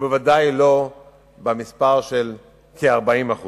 הוא בוודאי לא במספר של כ-40%.